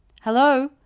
Hello